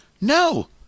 No